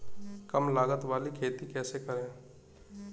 कम लागत वाली खेती कैसे करें?